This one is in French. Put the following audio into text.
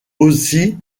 aussy